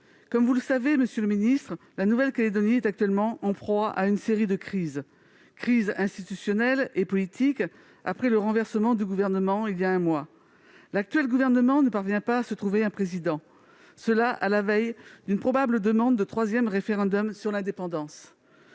Comme vous le savez, monsieur le ministre, la Nouvelle-Calédonie est actuellement en proie à une série de crises. Crise institutionnelle et politique, après le renversement du gouvernement il y a un mois. L'actuel gouvernement ne parvient pas à se trouver un président, à la veille d'une probable demande de troisième référendum sur l'indépendance.